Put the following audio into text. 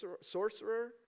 sorcerer